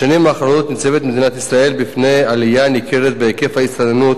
בשנים האחרונות ניצבת מדינת ישראל בפני עלייה ניכרת בהיקף ההסתננות